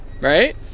Right